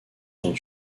sont